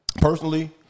Personally